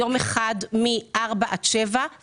יום אחד מ-16:00 עד 19:00,